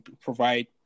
provide